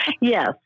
Yes